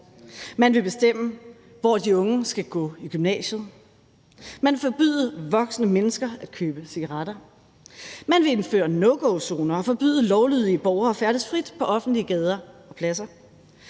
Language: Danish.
Man vil bestemme, hvor de unge skal gå i gymnasiet; man vil forbyde voksne mennesker at købe cigaretter; man vil indføre no-go-zoner og forbyde lovlydige borgere at færdes frit på offentlige gader og pladser;